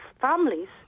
families